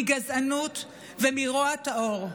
מגזענות ומרוע טהור.